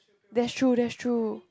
that's true that's true